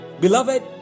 Beloved